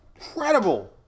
Incredible